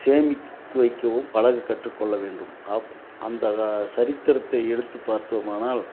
சேமித்து வைக்கவும் பழக கற்றுக்கொள்ள வேண்டும் அப் அந்த கா சரித்திரத்தை எடுத்து பார்த்தோமானால்